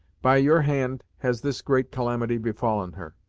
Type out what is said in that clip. by your hand has this great calamity befallen her.